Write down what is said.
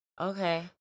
Okay